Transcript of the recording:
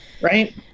Right